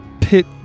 pit